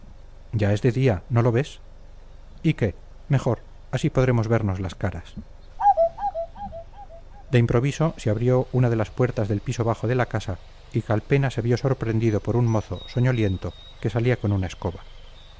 es de día no lo ves y qué mejor así podremos vernos las caras de improviso se abrió una de las puertas del piso bajo de la casa y calpena se vio sorprendido por un mozo soñoliento que salía con una escoba